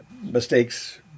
mistakes